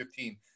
2015